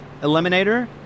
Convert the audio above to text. Eliminator